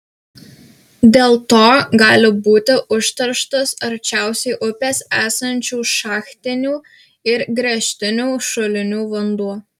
dėl to gali būti užterštas arčiausiai upės esančių šachtinių ir gręžtinių šulinių vanduo